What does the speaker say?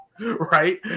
right